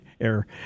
air